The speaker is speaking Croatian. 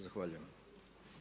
Zahvaljujem.